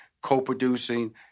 co-producing